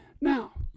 Now